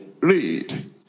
Read